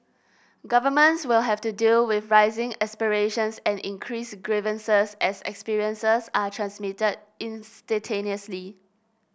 governments will have to deal with rising aspirations and increased grievances as experiences are transmitted instantaneously